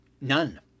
None